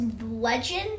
legend